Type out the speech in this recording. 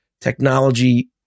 technology